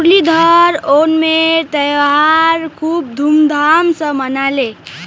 मुरलीधर ओणमेर त्योहार खूब धूमधाम स मनाले